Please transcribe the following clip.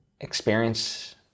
experience